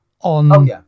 on